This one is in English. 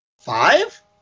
Five